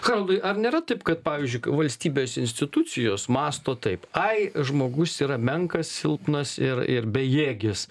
haroldai ar nėra taip kad pavyzdžiui k valstybės institucijos mąsto taip ai žmogus yra menkas silpnas ir ir bejėgis